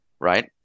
right